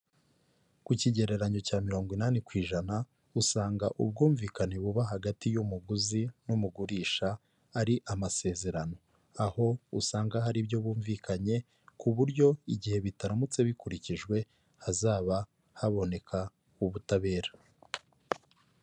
Ku kigereranyo cya mirongo inani ku ijana usanga ubwumvikane buba hagati y'umuguzi n'umugurisha ari amasezerano. Aho usanga hari ibyo bumvikanye, ku buryo igihe bitamutse bikurikijwe hazaba haboneka ubutabera.